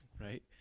right